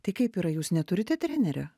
tai kaip yra jūs neturite trenerio